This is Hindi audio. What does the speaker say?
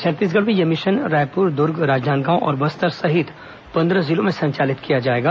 छत्तीसगढ़ में यह मिशन रायपुर दुर्ग राजनादगांव और बस्तर सहित पंद्रह जिलों में संचालित किया जाएगा